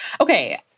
okay